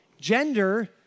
Gender